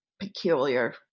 peculiar